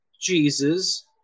Jesus